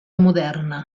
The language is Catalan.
moderna